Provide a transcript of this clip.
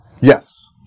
Yes